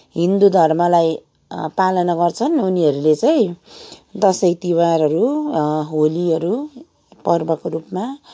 हिन्दू धर्मलाई पालना गर्छन् उनीहरूले चाहिँ दसैँ तिहारहरू होलीहरू पर्वको रूपमा